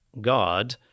God